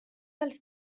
els